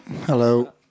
Hello